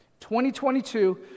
2022